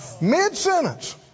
mid-sentence